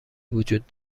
وجود